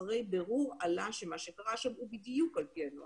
אחרי בירור עלה שמה שקרה שם הוא בדיוק על פי הנוהל,